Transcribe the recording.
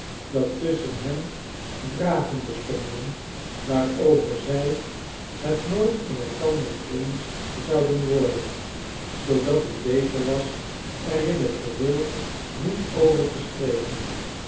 dat tusschen hen vragen bestonden waarover zij het nooit met elkander eens zouden worden zoodat het beter was er in t geheel niet over te spreken